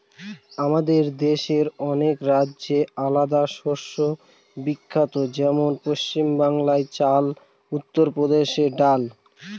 আমাদের দেশের অনেক রাজ্যে আলাদা শস্য বিখ্যাত যেমন পশ্চিম বাংলায় চাল, উত্তর প্রদেশে ডাল